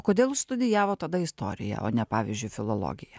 kodėl jus studijavot tada istoriją o ne pavyzdžiui filologiją